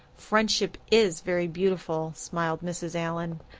friendship is very beautiful, smiled mrs. allan,